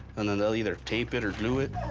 and then they'll either tape it or glue it,